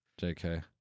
jk